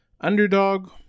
underdog